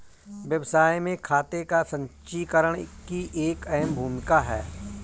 व्यवसाय में खाते का संचीकरण की एक अहम भूमिका है